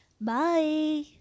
Bye